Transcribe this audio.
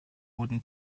wooden